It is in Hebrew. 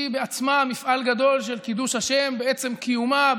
היא עצמה מפעל גדול של קידוש השם בעצם קיומה,